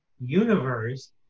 universe